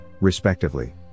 respectively